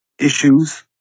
issues